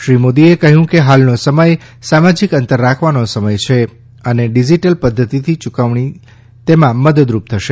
શ્રી મોદીએ કહ્યું છે કે હાલનો સમય સામાજીક અંતર રાખવાનો સમય છે અને ડિઝિટલ પદ્ધતિની યૂકવણી તેમાં મદદરૂપ થશે